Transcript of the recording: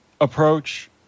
approach